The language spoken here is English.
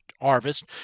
Harvest